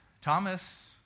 Thomas